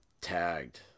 tagged